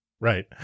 Right